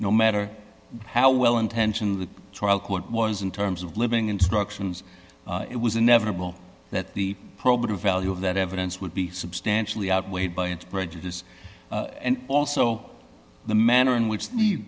no matter how well intentioned the trial court was in terms of living instructions it was inevitable that the probative value of that evidence would be substantially outweighed by its prejudice and also the manner in which